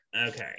Okay